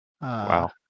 Wow